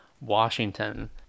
Washington